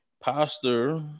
pastor